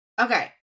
okay